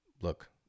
Look